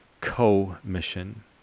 co-mission